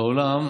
בעולם,